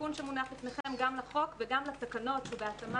התיקון שמונח לפניכם גם לחוק וגם לתקנות שבהתאמה